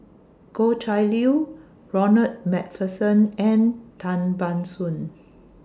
Goh Chiew Lye Ronald MacPherson and Tan Ban Soon